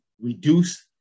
reduce